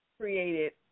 created